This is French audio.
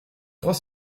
trois